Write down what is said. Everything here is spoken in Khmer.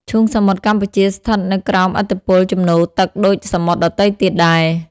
ឈូងសមុទ្រកម្ពុជាស្ថិតនៅក្រោមឥទ្ធិពលជំនោរទឹកដូចសមុទ្រដទៃទៀតដែរ។